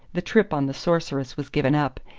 the trip on the sorceress was given up,